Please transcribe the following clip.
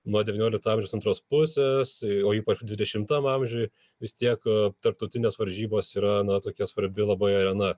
nuo devyniolikto amžiaus antros pusės o ypač dvidešimtam amžiui vis tiek tarptautinės varžybos yra na tokia svarbi labai arena